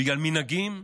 בגלל מנהגים,